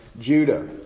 Judah